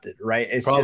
right